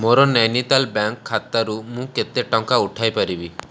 ମୋର ନୈନିତାଲ୍ ବ୍ୟାଙ୍କ୍ ଖାତାରୁ ମୁଁ କେତେ ଟଙ୍କା ଉଠାଇ ପାରିବି